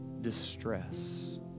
distress